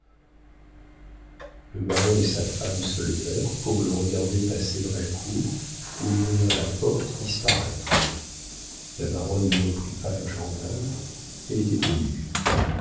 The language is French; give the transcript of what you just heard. le baron et sa femme se levèrent pour le regarder passer dans la cour ouvrir la porte et disparaître la baronne ne reprit pas le journal elle était émue